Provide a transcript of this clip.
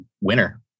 winner